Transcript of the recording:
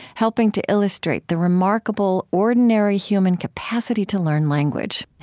helping to illustrate the remarkable ordinary human capacity to learn language.